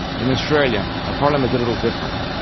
in australia, our problem is a little different.